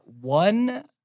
one